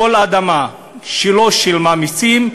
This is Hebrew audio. כל אדמה שלא שילמו עליה מסים,